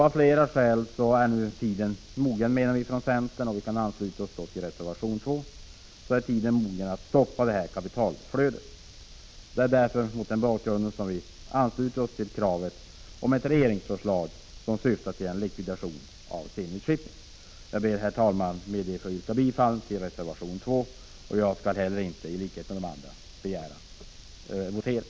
Av flera skäl är därför tiden nu mogen att stoppa detta kapitalflöde. Det är mot den bakgrunden som vi från centern anslutit oss till det i reservation 2 framförda kravet på ett regeringsförslag som syftar till en likvidation av Zenit Shipping. Jag ber med detta, herr talman, att få yrka bifall till reservation 2. I likhet med de tidigare talarna skall inte heller jag begära votering.